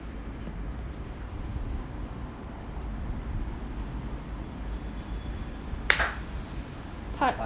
part